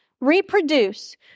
reproduce